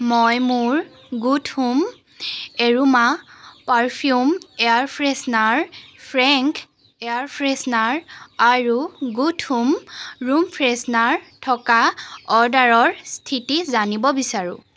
মই মোৰ Good Home aroma perfume air freshener frank air freshener আৰু গুড হোম ৰুম ফ্ৰেছনাৰ থকা অৰ্ডাৰৰ স্থিতি জানিব বিচাৰোঁ